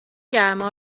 گرما